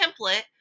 template